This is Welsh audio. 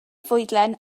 fwydlen